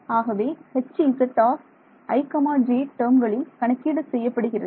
ஆகவே Hz i j டேர்ம்களில் கணக்கீடு செய்யப்படுகிறது